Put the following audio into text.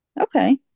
okay